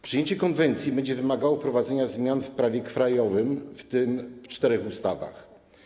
Przyjęcie konwencji będzie wymagało wprowadzenia zmian w prawie krajowym, w tym w czterech ustawach.